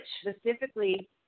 specifically